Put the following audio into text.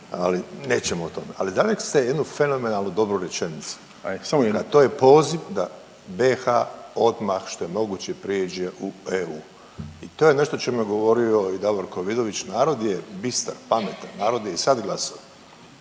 ali nećemo o tome. Ali dali ste jednu fenomenalnu dobru rečenicu …/Upadica: Samo jednu./… a to je poziv da BiH odmah što je moguće prije uđe u EU. I to je nešto o čemu je govorio i Davorko Vidović. Narod je bistar, pametan, narod je i sad glasovao.